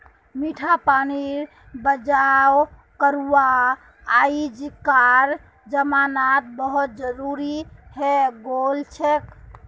मीठा पानीर बचाव करवा अइजकार जमानात बहुत जरूरी हैं गेलछेक